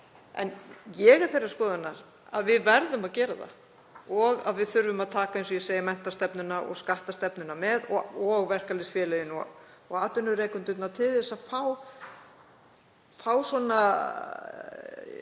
En ég er þeirrar skoðunar að við verðum að gera það og að við þurfum að taka, eins og ég segi, menntastefnuna og skattstefnuna með, sem og verkalýðsfélögin og atvinnurekendur, til að fá greiðan